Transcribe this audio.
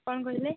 କ'ଣ କହିଲେ